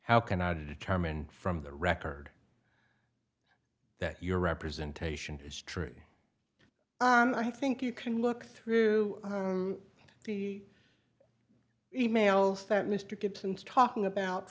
how can i determine from the record that your representation is tree and i think you can look through the e mails that mr gibson's talking about